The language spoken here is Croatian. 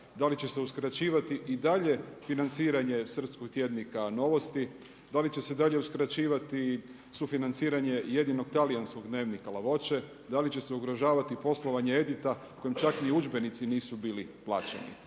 da li će se uskraćivati i dalje financiranje srpskog tjednika Novosti, da li će se dalje uskraćivati sufinanciranje jedinog talijanskog dnevnika La voce, da li će se ugrožavati poslovanje Edita kojem čak ni udžbenici nisu bili plaćeni.